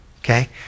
okay